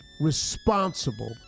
responsible